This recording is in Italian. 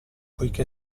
poiché